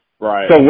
Right